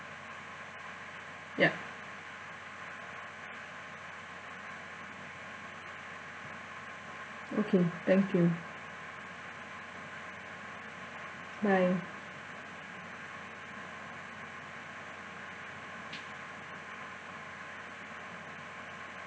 yup okay thank you bye